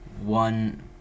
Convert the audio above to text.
one